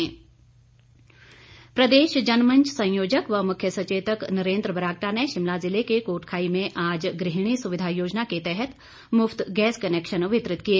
बरागटा प्रदेश जनमंच संयोजक व मुख्य सचेतक नरेंद्र बरागटा ने शिमला जिले के कोटखाई में आज गृहिणी सुविधा योजना के तहत मुफ़त गैस कनेक्शन वितरित किए